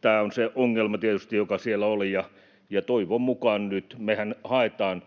Tämä on se ongelma tietysti, joka siellä oli. Ja toivon mukaan — mehän haetaan